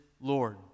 lord